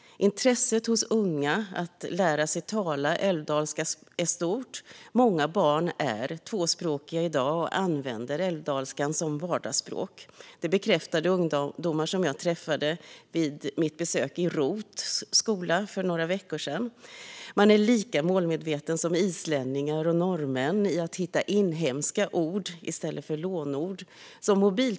Intresset hos unga att lära sig tala älvdalska är stort. Många barn är tvåspråkiga i dag och använder älvdalska som vardagsspråk. Det bekräftade ungdomar som jag träffade vid mitt besök i Rots skola för några veckor sedan. De är lika målmedvetna som islänningar och norrmän i att hitta inhemska ord i stället för lånord.